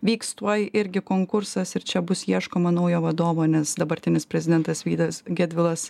vyks tuoj irgi konkursas ir čia bus ieškoma naujo vadovo nes dabartinis prezidentas vydas gedvilas